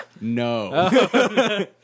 no